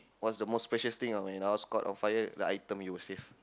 what's the most precious thing ah when your house caught on fire the item you would save